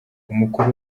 umukuru